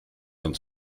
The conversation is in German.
uns